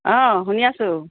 অঁ শুনি আছোঁ